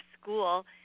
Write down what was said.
school